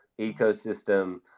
ecosystem